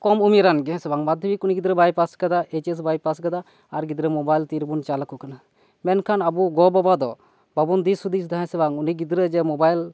ᱠᱚᱢ ᱩᱢᱮᱨᱟᱱ ᱜᱮ ᱦᱮᱸᱥᱮ ᱵᱟᱝ ᱢᱟᱫᱷᱚᱢᱤᱠ ᱩᱱᱤ ᱜᱤᱫᱽᱨᱟᱹ ᱵᱟᱭ ᱯᱟᱥ ᱟᱠᱟᱫᱟ ᱮᱭᱤᱪᱮᱥ ᱵᱟᱭ ᱯᱟᱥ ᱟᱠᱟᱫᱟ ᱟᱨ ᱜᱤᱫᱽᱨᱟᱹ ᱢᱳᱵᱟᱭᱤᱞ ᱛᱤ ᱨᱮᱵᱚ ᱪᱟᱞ ᱟᱠᱚ ᱠᱟᱱᱟ ᱢᱮᱱᱠᱷᱟᱱ ᱟᱵᱚ ᱜᱚ ᱵᱟᱵᱟ ᱫᱚ ᱵᱟᱵᱚᱱ ᱫᱤᱥ ᱦᱩᱫᱤᱥ ᱮᱫᱟ ᱦᱮᱸ ᱥᱮ ᱵᱟᱝ ᱩᱱᱤ ᱜᱤᱫᱽᱨᱟᱹ ᱡᱮ ᱢᱳᱵᱟᱭᱤᱞ